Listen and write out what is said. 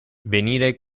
venire